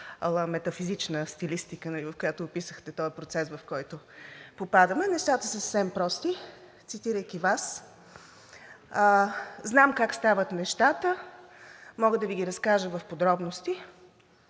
метафизична стилистика, в която описахте този процес, в който попадаме. Нещата са съвсем прости, цитирайки Вас. Знам как стават нещата, мога да Ви ги разкажа в подробности.